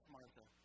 Martha